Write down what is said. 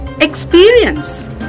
Experience